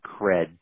cred